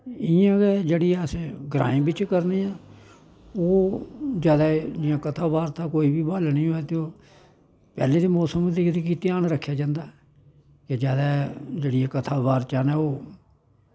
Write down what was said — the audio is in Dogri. इ'यां गै जेह्ड़ी अस ग्राएं बिच्च करने आं ओह् जैदा जि'यां कथा बार्ता कोई बी ब्हालनी होऐ ते ओह् पैह्लें ते मौसम गी दिक्खी ध्यान रक्खेआ जंदा ऐ कि जैदा जेह्ड़ी कथां बार्ता न ओह्